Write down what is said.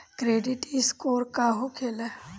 Credit score का होखेला?